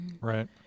Right